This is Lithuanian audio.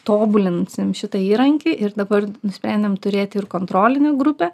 tobulinsim šitą įrankį ir dabar nusprendėm turėti ir kontrolinę grupę